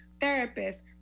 therapists